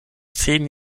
zehn